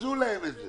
יקזזו להם את זה.